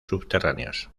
subterráneos